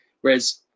Whereas